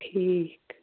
ٹھیٖک